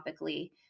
topically